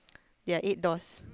there are eight doors